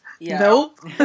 Nope